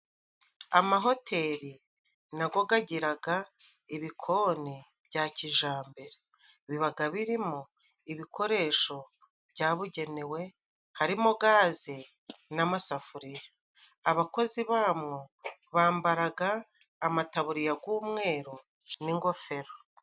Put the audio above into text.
Amahoteli na go gagiraga ibikoni bya kijambere bibaga birimo ibikoresho byabugenewe, harimo gaze n'amasafuriya. Abakozi bamwo bambaraga amataburiya g'umweru n'ingofero.